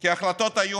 כי ההחלטות היו